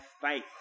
faith